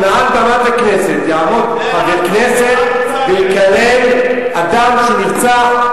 שמעל במת הכנסת יעמוד חבר כנסת ויקלל אדם שנרצח,